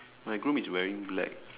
my groom is wearing black